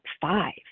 five